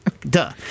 duh